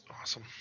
Awesome